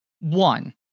One